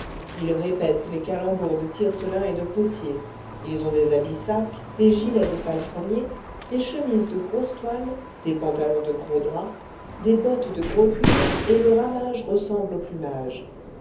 ils répètent les calembours de tiercelin et de potier ils ont des habits sacs des gilets de palefrenier des chemises de grosse toile des pantalons de gros drap des bottes de gros cuir et le ramage ressemble au plumage